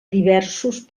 diversos